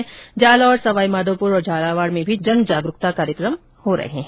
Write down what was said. इसी तरह जालौर सवाई माधोपुर और झालावाड़ में भी जनजागरूकता कार्यक्रम हो रहे हैं